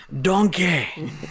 Donkey